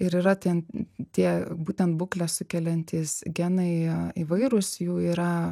ir yra ten tie būtent būklę sukeliantys genai įvairūs jų yra